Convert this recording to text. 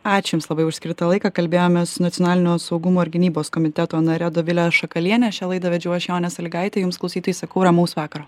ačiū jums labai už skirtą laiką kalbėjomės su nacionalinio saugumo ir gynybos komiteto nare dovile šakaliene šią laidą vedžiau aš jonė salygaitė jums klausytojai sakau ramaus vakaro